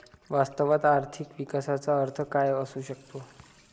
वास्तवात आर्थिक विकासाचा अर्थ काय असू शकतो?